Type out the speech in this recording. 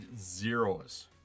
zeros